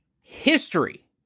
history